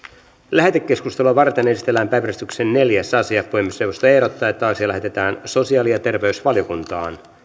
lähetekeskustelua varten esitellään päiväjärjestyksen neljäs asia puhemiesneuvosto ehdottaa että asia lähetetään sosiaali ja terveysvaliokuntaan